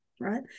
Right